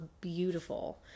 beautiful